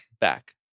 back